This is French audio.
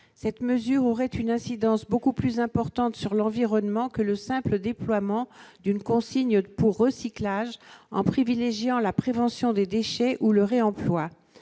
Cette mesure aurait une incidence beaucoup plus importante sur l'environnement que le simple déploiement d'une consigne pour recyclage, en permettant de privilégier la prévention la production de déchets ou le réemploi.